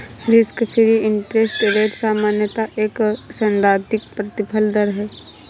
risk free interest rate सामान्यतः एक सैद्धांतिक प्रतिफल दर है